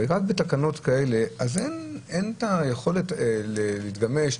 אז רק בתקנות כאלה אין את היכולת להתגמש?